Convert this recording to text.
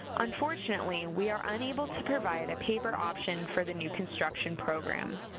unfortunately, we are unable to provide a paper option for the new construction program.